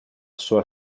sua